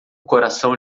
coração